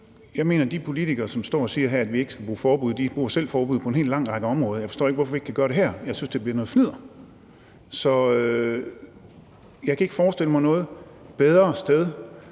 Jeg mener, at de politikere, som står her og siger, at vi ikke skal bruge forbud, selv bruger forbud på en lang række områder. Jeg forstår ikke, hvorfor vi ikke kan gøre det her. Jeg synes, det bliver noget fnidder. Jeg kan ikke forestille mig noget bedre sted